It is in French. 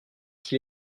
qu’il